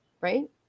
right